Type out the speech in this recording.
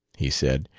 he said.